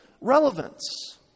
relevance